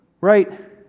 Right